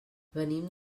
venim